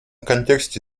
контексте